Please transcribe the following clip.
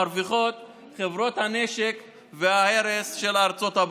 מרוויחות חברות הנשק וההרס של ארצות הברית.